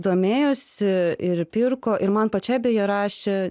domėjosi ir pirko ir man pačiai beje rašė